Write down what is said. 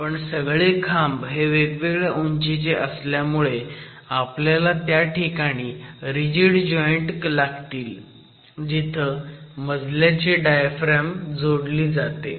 पण सगळे खांब हे वेगवेगळ्या उंचीचे असल्यामुळे आपल्याला त्या ठिकाणी रिजिड जॉईंट लागतील जिथं मजल्याची डायफ्रॅम जोडली जाते